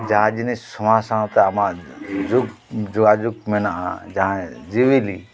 ᱡᱟᱦᱟᱸ ᱡᱤᱱᱤᱥ ᱥᱚᱢᱟᱡ ᱥᱟᱶᱛᱮ ᱟᱢᱟᱜ ᱡᱩᱜᱽ ᱡᱳᱜᱟᱡᱳᱜ ᱢᱮᱱᱟᱜᱼᱟ ᱡᱟᱦᱟᱸᱭ ᱡᱤᱣᱟᱹᱞᱤ